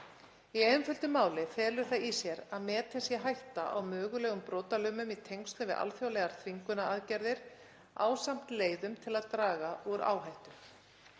Í einföldu máli felur það í sér að metin sé hætta á mögulegum brotalömum í tengslum við alþjóðlegar þvingunaraðgerðir ásamt leiðum til að draga úr áhættu.